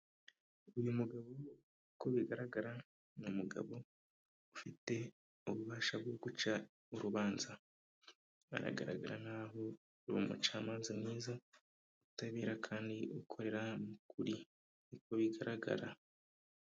uyu mugabo uko bigaragara ni mugabo ufite ububasha bwo guca urubanza aragaragara nkaho uri umucamanza mwiza ubutabera kandi ukorera mu kuri niko bigaragara.